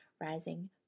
Rising